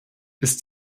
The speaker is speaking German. ist